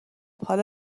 حالا